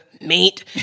mate